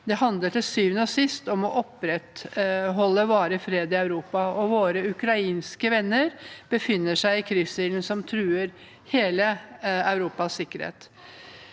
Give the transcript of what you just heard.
Det handler til syvende og sist om å opprettholde varig fred i Europa, og våre ukrainske venner befinner seg i kryssilden som truer hele Europas sikkerhet.